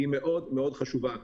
זה המינימום.